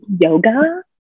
yoga